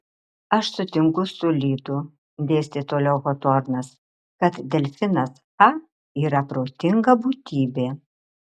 aš sutinku su lydu dėstė toliau hotornas kad delfinas fa yra protinga būtybė